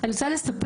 אני רוצה לספר,